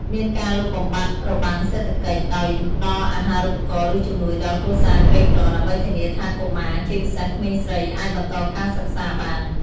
មានការលុបបំបាត់របាំងសេដ្ឋកិច្ច ដោយផ្តល់អាហារូបករណ៍ឬជំនួយដល់គ្រួសារក្រីក្រ ដើម្បីធានាថាកុមារ ជាពិសេសក្មេងស្រី អាចបន្តការសិក្សាបាន។